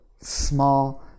small